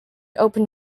open